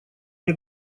мне